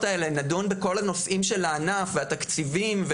האלה נדון בכל הנושאים והתקציבים של הענף,